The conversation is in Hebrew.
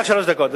רק שלוש דקות.